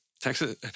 Texas